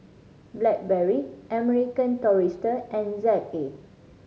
Blackberry American Tourister and Z A